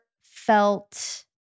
felt